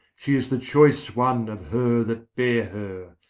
she is the choice one of her that bare her.